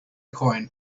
coin